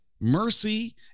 Mercy